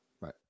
Right